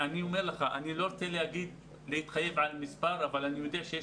אני לא רוצה להתחייב על מספר אבל אני יודע שיש